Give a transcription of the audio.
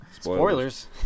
Spoilers